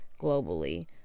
globally